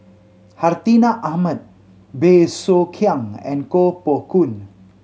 Hartinah Ahmad Bey Soo Khiang and Koh Poh Koon